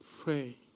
pray